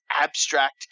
abstract